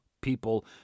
people